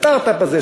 הסטרט-אפ הזה,